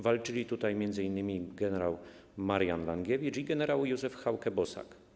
Walczyli tutaj m.in. gen. Marian Langiewicz i gen. Józef Hauke-Bosak.